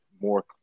more